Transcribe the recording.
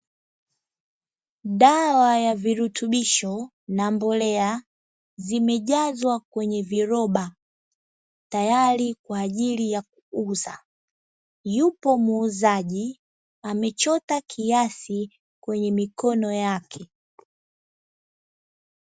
Dawa ya virutubisho na mbolea zimejazwa kwenye viroba tayari kwa ajili ya kuuza. Yupo muuzaji amechota kiasi kwenye mikono yake